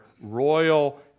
royal